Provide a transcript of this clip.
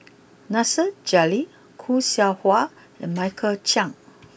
Nasir Jalil Khoo Seow Hwa and Michael Chiang